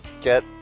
get